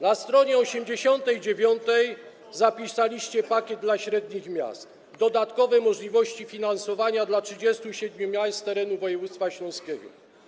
Na str. 89 zapisaliście: Pakiet dla średnich miast, dodatkowe możliwości finansowania dla 37 miast z terenu województwa śląskiego.